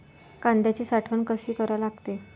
कांद्याची साठवन कसी करा लागते?